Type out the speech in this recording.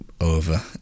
over